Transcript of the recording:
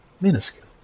minuscule